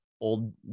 old